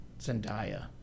Zendaya